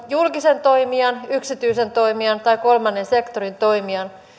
julkisen toimijan yksityisen toimijan tai kolmannen sektorin toimijan